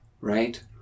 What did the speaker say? right